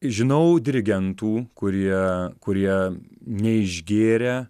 žinau dirigentų kurie kurie neišgėrę